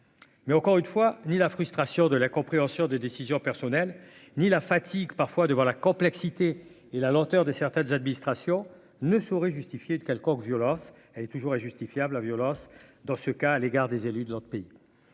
mais encore une fois, ni la frustration de la compréhension des décisions personnelles ni la fatigue, parfois devant la complexité et la lenteur de certaines administrations ne saurait justifier de quelconque violence, elle est toujours justifiable la violence dans ce cas à l'égard des élus de leur pays,